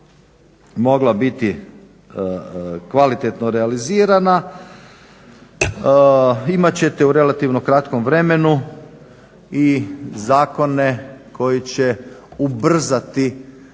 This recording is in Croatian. mogla biti kvalitetno realizirana imat ćete u relativno kratkom vremenu i zakone koji će ubrzati